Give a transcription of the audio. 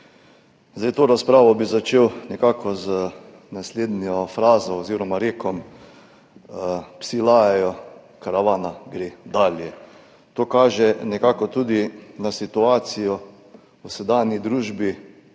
To razpravo bi začel nekako z naslednjo frazo oziroma rekom Psi lajajo, karavana gre dalje. To kaže nekako tudi na situacijo v sedanji družbi